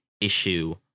issue